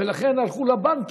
ולכן הלכו לבנקים.